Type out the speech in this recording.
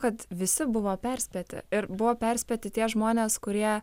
kad visi buvo perspėti ir buvo perspėti tie žmonės kurie